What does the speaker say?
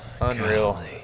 Unreal